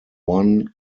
one